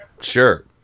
Sure